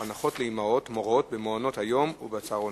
המסחר והתעסוקה ביום כ' בטבת התש"ע (6 בינואר